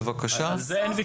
על זה אין ויכוח.